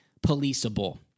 policeable